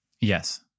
Yes